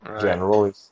general